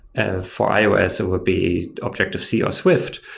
ah for ios, it would be objective c or swift,